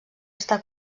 està